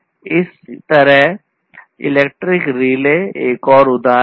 इसी तरहइलेक्ट्रिक रिले एक और उदाहरण है